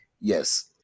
yes